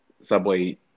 Subway